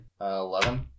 Eleven